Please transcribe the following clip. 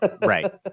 Right